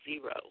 zero